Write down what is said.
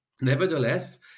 Nevertheless